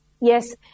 yes